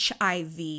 HIV